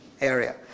area